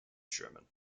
sherman